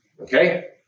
Okay